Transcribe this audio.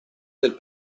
del